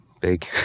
big